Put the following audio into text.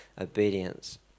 obedience